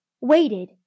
waited